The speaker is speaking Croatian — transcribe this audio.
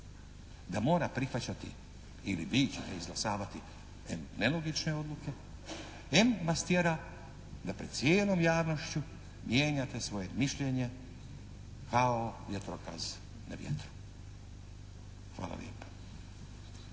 da mora prihvaćati ili …/Govornik se ne razumije./… izglasavati nelogične odluke, em nas tjera da pred cijelom javnošću mijenjate svoje mišljenje kao vjetrokaz na vjetru. Hvala lijepa.